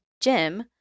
Jim